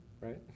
right